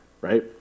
right